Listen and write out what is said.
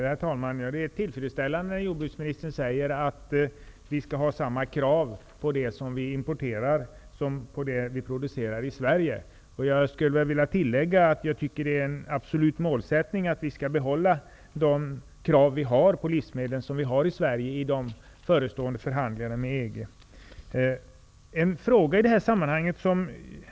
Herr talman! Det är tillfredsställande att jordbruksministern säger att vi skall ha samma krav på det som vi importerar som på det vi producerar i Sverige. Jag skulle vilja tillägga att jag tycker att det är en absolut målsättning att vi i de förestående förhandlingarna med EG skall behålla de krav vi har på livsmedel i Sverige.